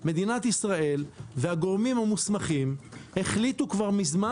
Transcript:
מדינת ישראל והגורמים המוסמכים החליטו כבר מזמן